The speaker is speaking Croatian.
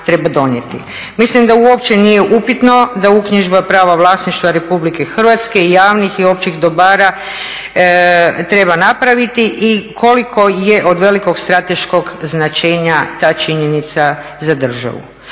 Mislim da uopće nije upitno da uknjižba prava vlasništva RH, javnih i općih dobara treba napraviti i koliko je od velikog strateškog značenja ta činjenica za državu.